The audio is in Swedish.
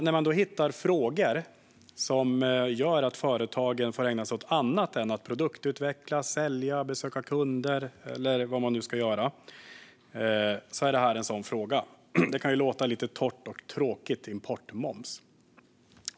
Det finns saker som gör att företagen får ägna sig åt annat än att produktutveckla, sälja, besöka kunder eller vad de nu ska göra, och det här är en sådan sak. Det kan låta lite torrt och tråkigt med importmoms.